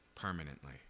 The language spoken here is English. permanently